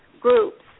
groups